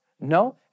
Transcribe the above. No